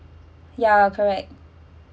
ya correct